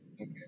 Okay